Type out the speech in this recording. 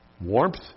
warmth